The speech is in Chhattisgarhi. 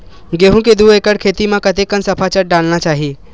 गेहूं के दू एकड़ खेती म कतेकन सफाचट डालना चाहि?